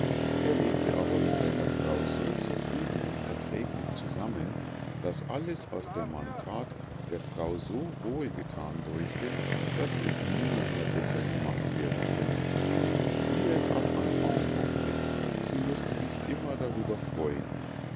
er lebte aber mit seiner frau so zufrieden und verträglich zusammen daß alles was der mann that der frau so wohl gethan däuchte daß es nimmermehr besser gemacht werden könne wie er's auch anfangen mochte sie mußte sich immer darüber freuen